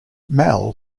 mal